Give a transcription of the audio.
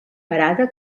parada